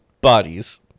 bodies